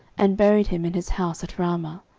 and buried him in his house at ramah.